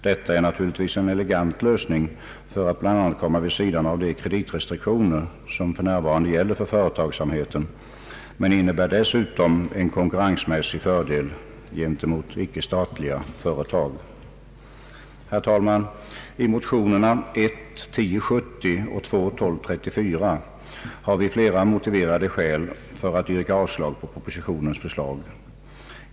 Detta är naturligtvis en elegant lösning för att bland annat komma vid sidan av de kreditrestriktioner som för närvarande gäller för företagsamheten men innebär dessutom en konkurrensmässig fördel gentemot icke statliga företag. Herr talman! I motionerna I:1070 och II: 1234 har vi flera motiverade skäl för att yrka avslag på propositionens förslag.